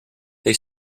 they